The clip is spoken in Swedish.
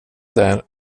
där